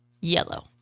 Yellow